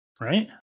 Right